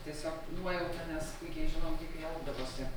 tiesiog nuojauta nes puikiai žinom kaip jie elgdavosi